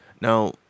Now